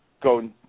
go